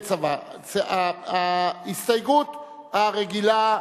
ההסתייגות הרגילה,